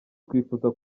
twifuza